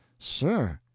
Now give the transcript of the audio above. sir,